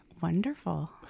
Wonderful